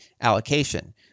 allocation